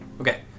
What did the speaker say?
Okay